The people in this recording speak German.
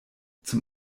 zum